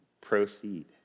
proceed